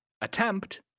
attempt